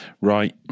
Right